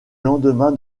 lendemain